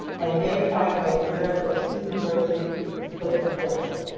and mary whitehead, director of student diversity and social justice.